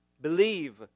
Believe